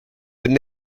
would